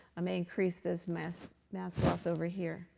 may increase this mass mass loss over here